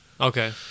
Okay